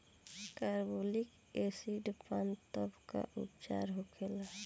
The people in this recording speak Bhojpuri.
कारबोलिक एसिड पान तब का उपचार होखेला?